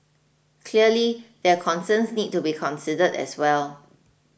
clearly their concerns need to be considered as well